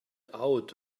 out